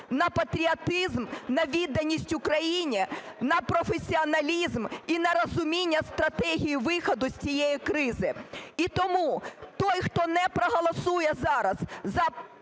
на патріотизм, на відданість Україні, на професіоналізм і на розуміння стратегії виходу з цієї кризи. І тому той, хто не проголосує зараз за